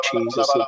Jesus